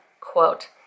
quote